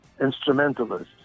instrumentalists